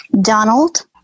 Donald